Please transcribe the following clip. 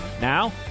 Now